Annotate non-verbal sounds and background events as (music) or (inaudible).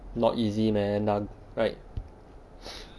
not easy man dunk right (breath)